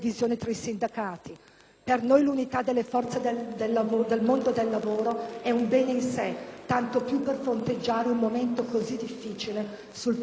Per noi l'unità delle forze del mondo del lavoro è un bene in sé, tanto più per fronteggiare un momento così difficile sul piano economico e sociale.